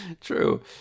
True